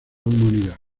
humanidad